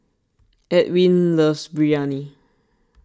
Ewin loves Biryani